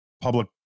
public